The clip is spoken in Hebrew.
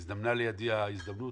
שהזדמנה לידי ההזדמנות